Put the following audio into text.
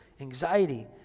anxiety